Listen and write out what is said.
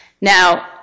Now